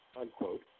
unquote